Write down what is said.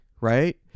right